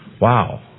Wow